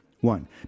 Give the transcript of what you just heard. One